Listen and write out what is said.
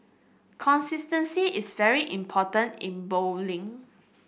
consistency is very important in bowling